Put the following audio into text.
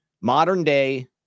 modern-day